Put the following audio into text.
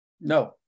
No